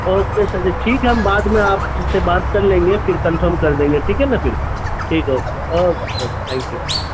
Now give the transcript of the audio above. okay sir ji ٹھیک ہے ہم بعد میں آپ سے بات کر لیں گے پھر کنفرم کر دیں گے ٹھیک ہے نا پھر ٹھیک ہے اوکے اوکے تھینک یو